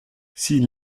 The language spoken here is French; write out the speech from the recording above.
s’il